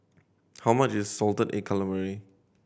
how much is salted egg calamari